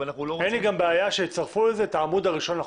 אין לי גם בעיה שיצרפו לזה את העמוד הראשון לחוזה.